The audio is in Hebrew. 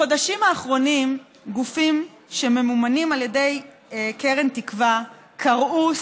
בחודשים האחרונים גופים שממומנים על ידי קרן תקווה קראו,